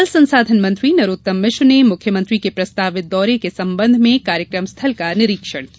जल संसाधन मंत्री नरोत्तम मिश्र ने मुख्यमंत्री के प्रस्तावित दौरे के संबंध में कार्यक्रम स्थल का निरीक्षण किया